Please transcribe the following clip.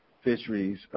Fisheries